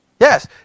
Yes